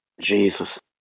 Jesus